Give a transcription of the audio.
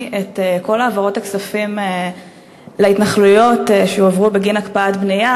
את כל העברות הכספים להתנחלויות בגין הקפאת בנייה,